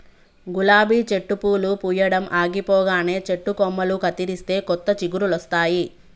గులాబీ చెట్టు పూలు పూయడం ఆగిపోగానే చెట్టు కొమ్మలు కత్తిరిస్తే కొత్త చిగురులొస్తాయి